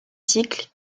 cycles